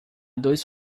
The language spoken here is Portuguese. dois